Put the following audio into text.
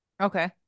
Okay